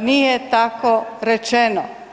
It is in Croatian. nije tako rečeno.